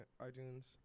iTunes